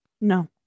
No